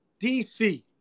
DC